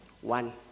one